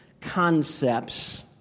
concepts